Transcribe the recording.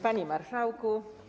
Panie Marszałku!